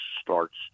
starts